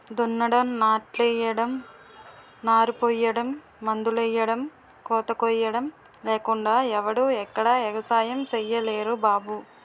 దున్నడం, నాట్లెయ్యడం, నారుపొయ్యడం, మందులెయ్యడం, కోతకొయ్యడం లేకుండా ఎవడూ ఎక్కడా ఎగసాయం సెయ్యలేరు బాబూ